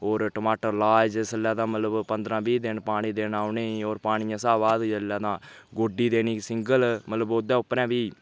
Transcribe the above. होर टमाटर लाए जिसलै तां मतलब पंदरां बीह् दिन पानी देना उ'नेंगी होर पानी शा बाद जेल्लै तां गोड्डी देनी सिंगल मतलब ओह्दे उप्परै फ्ही